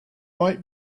might